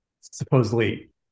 supposedly